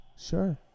Sure